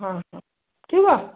हां हां ठिऊका